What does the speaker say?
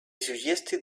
suggested